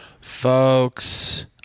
Folks